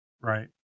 right